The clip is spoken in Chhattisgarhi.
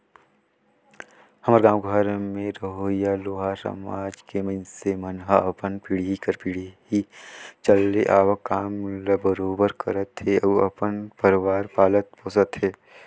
हमर गाँव घर में रहोइया लोहार समाज के मइनसे मन ह अपन पीढ़ी दर पीढ़ी चले आवक काम ल बरोबर करत हे अउ अपन परवार पालत पोसत हे